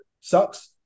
Sucks